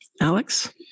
Alex